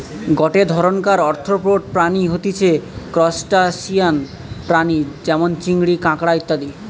গটে ধরণকার আর্থ্রোপড প্রাণী হতিছে ত্রুসটাসিয়ান প্রাণী যেমন চিংড়ি, কাঁকড়া ইত্যাদি